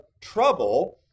trouble